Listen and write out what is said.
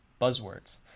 buzzwords